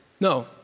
no